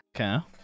Okay